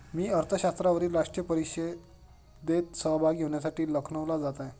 मी अर्थशास्त्रावरील राष्ट्रीय परिषदेत सहभागी होण्यासाठी लखनौला जात आहे